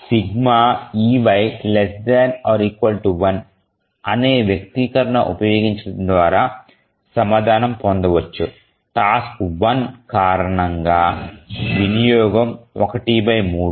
∑ey ≤ 1 అనే వ్యక్తీకరణను ఉపయోగించడం ద్వారా సమాధానం పొందవచ్చు టాస్క్1 కారణంగా వినియోగం 13